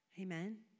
Amen